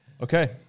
Okay